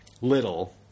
little